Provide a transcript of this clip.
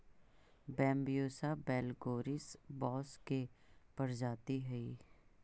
Bambusa vulgaris बाँस के प्रजाति हइ